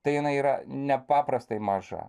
tai jinai yra nepaprastai maža